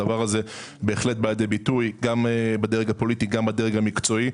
הדבר הזה בהחלט בא לידי ביטוי גם בדרג הפוליטי וגם בדרג המקצועי.